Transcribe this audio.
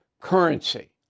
currency